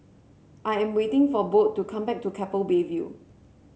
I am waiting for Bode to come back from Keppel Bay View